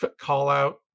call-out